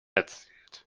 erzählt